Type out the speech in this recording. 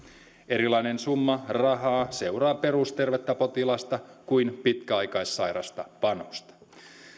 erilainen summa rahaa seuraa perustervettä potilasta kuin pitkäaikaissairasta vanhusta